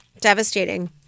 devastating